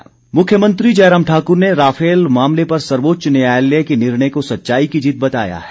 मुख्यमंत्री मुख्यमंत्री जयराम ठाकुर ने राफेल मामले पर सर्वोच्च न्यायालय के निर्णय को सच्चाई की जीत बताया है